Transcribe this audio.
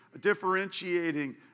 differentiating